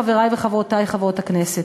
חברי וחברותי חברות הכנסת,